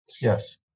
Yes